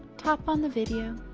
tap on the video.